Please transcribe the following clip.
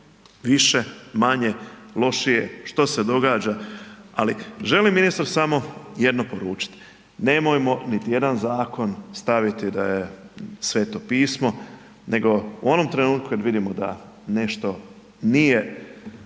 više, manje, lošije, što se događa. Ali želim ministru samo jedno poručiti nemojmo niti jedan zakon staviti da je Sveto pismo nego u onom trenutku kad vidimo da nešto nije